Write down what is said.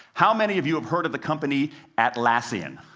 how many of you have heard of the company atlassian?